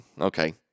okay